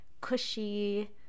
cushy